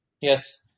yes